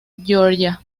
georgia